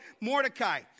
Mordecai